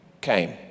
came